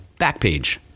Backpage